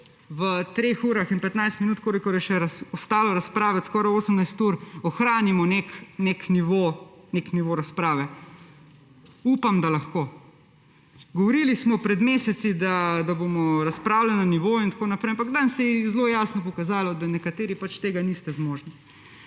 v treh urah in 15 minutah, kolikor je še ostalo razprave od skoraj 18 ur, ohranimo nek nivo razprave. Upam, da lahko. Govorili smo pred meseci, da bomo razpravljali na nivoju in tako naprej, ampak danes se je zelo jasno pokazalo, da nekateri tega niste zmožni.